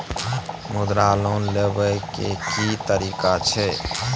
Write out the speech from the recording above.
मुद्रा लोन लेबै के की तरीका छै?